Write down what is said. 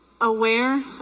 aware